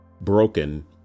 broken